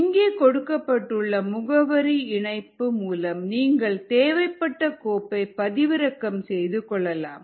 இங்கே கொடுக்கப்பட்டுள்ள முகவரி இணைப்பு மூலம் நீங்கள் தேவைப்பட்ட கோப்பையை பதிவிறக்கம் செய்து கொள்ளலாம்